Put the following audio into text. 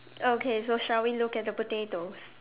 okay so shall we look at the potatoes